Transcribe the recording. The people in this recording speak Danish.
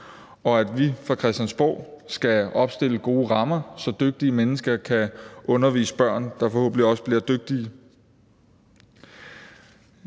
og at vi fra Christiansborg skal opstille gode rammer, så dygtige mennesker kan undervise børn, der forhåbentlig også bliver dygtige.